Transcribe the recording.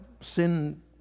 sin